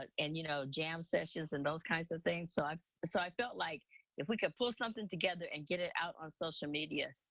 but and you know jam sessions and those kind of things so i so i felt like if we can pull something together and get it out on social media,